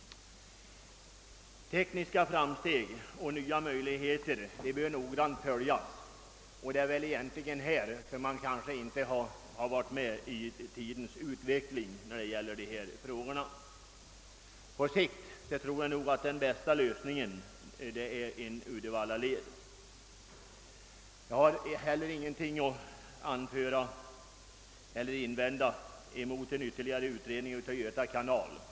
Tekniska framsteg och nya möjligheter bör noggrant följas, och det är väl egentligen härvidlag som man inte följt med i utvecklingen. Jag tror att den bästa lösningen på sikt är en Uddevallaled. Jag har heller ingenting att invända mot en ytterligare utredning rörande Göta kanal.